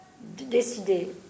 décider